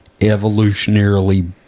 evolutionarily